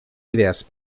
idees